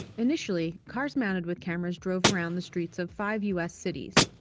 initially, cars mounted with cameras drove around the streets of five u s. cities.